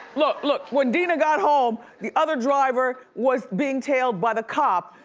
look, look. when dina got home, the other driver was being tailed by the cop,